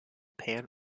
pan